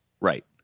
Right